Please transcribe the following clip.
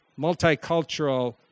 multicultural